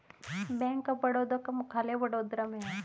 bank of Baroda का मुख्यालय वडोदरा में है